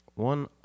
One